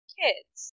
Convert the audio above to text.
kids